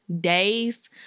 Days